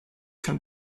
can